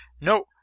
No